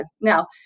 Now